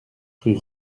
rue